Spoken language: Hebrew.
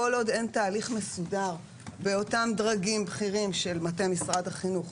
כל עוד אין תהליך מסודר באותם דרגים בכירים של מטה משרד החינוך,